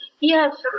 yes